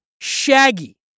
Shaggy